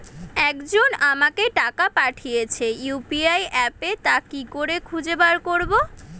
একজন আমাকে টাকা পাঠিয়েছে ইউ.পি.আই অ্যাপে তা কি করে খুঁজে বার করব?